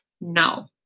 no